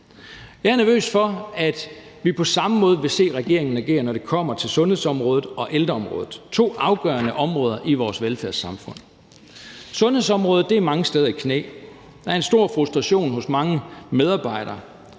Jeg er nervøs for, at vi på samme måde vil se regeringen agere, når det kommer til sundhedsområdet og ældreområdet, to afgørende områder i vores velfærdssamfund. Sundhedsområdet er mange steder i knæ. Der er en stor frustration hos mange medarbejdere,